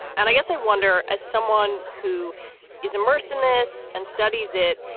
and i guess i wonder, as someone who is immersed in this and studies it.